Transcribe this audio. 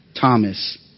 Thomas